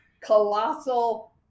colossal